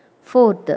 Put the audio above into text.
Fourth